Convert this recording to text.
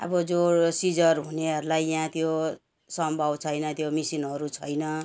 अब जो सिजर हुनेहरूलाई यहाँ त्यो सम्भव छैन त्यो मसिनहरू छैन